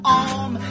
arm